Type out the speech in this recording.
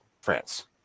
france